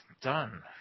done